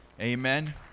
Amen